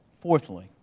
Fourthly